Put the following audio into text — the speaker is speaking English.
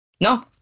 No